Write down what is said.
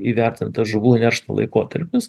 įvertintas žuvų neršto laikotarpis